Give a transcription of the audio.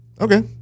okay